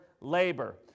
labor